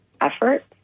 efforts